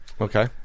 Okay